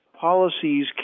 policies